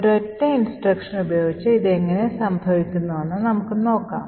ഒരൊറ്റ നിർദ്ദേശം ഉപയോഗിച്ച് ഇത് എങ്ങനെ സംഭവിക്കുമെന്ന് നമുക്ക് നോക്കാം